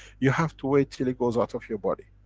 you have to wait till it goes out of your body.